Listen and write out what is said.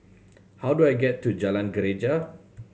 how do I get to Jalan Greja